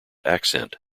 accent